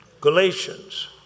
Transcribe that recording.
Galatians